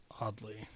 oddly